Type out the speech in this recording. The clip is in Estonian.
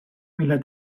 mille